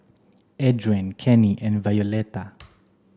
Adrain Kenny and Violetta